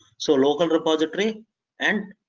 so local repository and